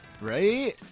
Right